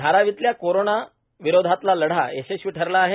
धारावीतला कोरोनाविरोधातला लढा यशस्वी ठरला आहे